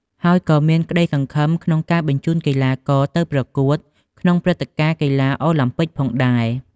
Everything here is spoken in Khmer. ហើយក៏មានក្តីសង្ឃឹមក្នុងការបញ្ជូនកីឡាករទៅប្រកួតក្នុងព្រឹត្តិការណ៍កីឡាអូឡាំពិកផងដែរ។